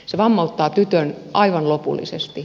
se vammauttaa tytön aivan lopullisesti